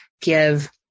give